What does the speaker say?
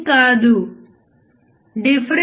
అదే లక్ష్యం